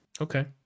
Okay